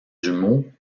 jumeau